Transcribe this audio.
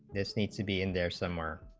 this needs to be in there somewhere